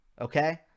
Okay